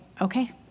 okay